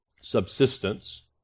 subsistence